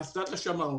היא עשתה את השמאות.